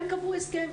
הם קבעו הסכם.